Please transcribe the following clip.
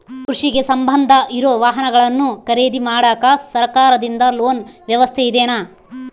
ಕೃಷಿಗೆ ಸಂಬಂಧ ಇರೊ ವಾಹನಗಳನ್ನು ಖರೇದಿ ಮಾಡಾಕ ಸರಕಾರದಿಂದ ಲೋನ್ ವ್ಯವಸ್ಥೆ ಇದೆನಾ?